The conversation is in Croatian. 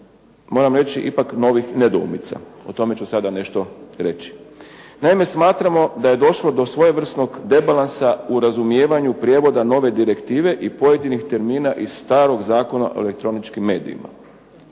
ipak reći mnogih nedoumica o tome ću sada nešto reći. Naime, smatramo da je došlo do svojevrsnog debalansa u razumijevanju prijevoda nove direktive i pojedinih termina iz starog Zakona o elektroničkim medijima.